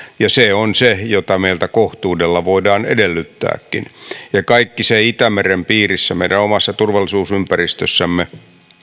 ja se on se mitä meiltä kohtuudella voidaan edellyttääkin kaikki se itämeren piirissä meidän omassa turvallisuusympäristössämme